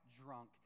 drunk